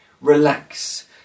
relax